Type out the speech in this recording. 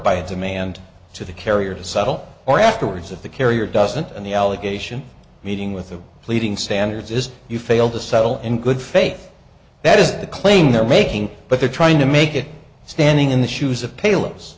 by a demand to the carrier to settle or afterwards if the carrier doesn't and the allegation meeting with the pleading standards is you fail to settle in good faith that is the claim they're making but they're trying to make it standing in the shoes of pales